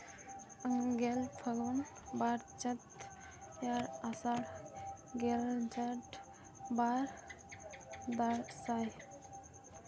ᱜᱮᱞ ᱯᱷᱟᱹᱜᱩᱱ ᱵᱟᱨ ᱪᱟᱹᱛ ᱮᱭᱟᱭ ᱟᱥᱟᱲ ᱜᱮᱞ ᱡᱷᱮᱸᱴ ᱵᱟᱨ ᱫᱟᱸᱥᱟᱭ